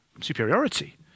superiority